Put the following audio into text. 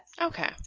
Okay